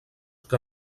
que